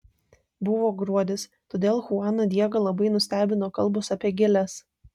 buvo gruodis todėl chuaną diegą labai nustebino kalbos apie gėles